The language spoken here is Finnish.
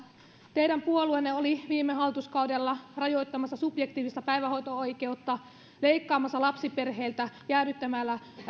teidän puolueenne oli viime hallituskaudella rajoittamassa subjektiivista päivähoito oikeutta leikkaamassa lapsiperheiltä jäädyttämällä